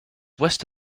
west